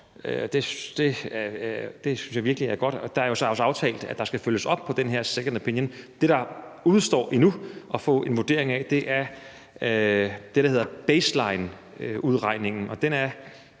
Det synes jeg virkelig er godt. Der er så også aftalt, at der skal følges op på den her »Second Opinion«. Det, der stadig udestår at få en vurdering af, er det, der hedder baselineudregningen,